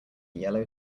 yellow